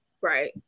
right